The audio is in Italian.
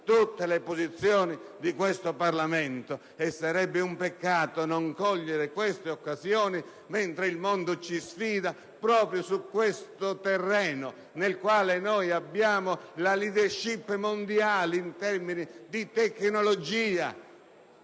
tutte le posizioni di questo ramo del Parlamento. Sarebbe un peccato non cogliere questa occasione, mentre il mondo ci sfida proprio su un terreno nel quale abbiamo la *leadership* mondiale in termini di tecnologia.